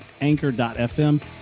anchor.fm